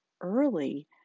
early